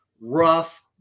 rough